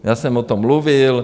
Já jsem o tom mluvil.